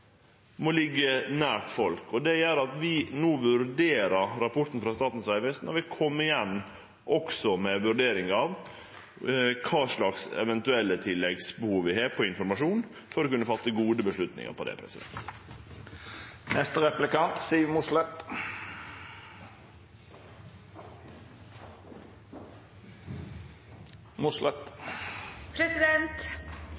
må liggje nær folk. Det gjer at vi no vurderer rapporten frå Statens vegvesen og vil kome igjen også med vurderingar av kva slags eventuelle tilleggsbehov vi har for informasjon for å kunne gjere gode vedtak om det.